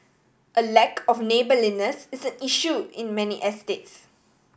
a lack of neighbourliness is an issue in many estates